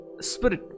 spirit